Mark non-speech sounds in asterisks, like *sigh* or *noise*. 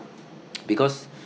*noise* because